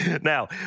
Now